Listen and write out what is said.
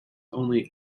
only